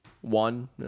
one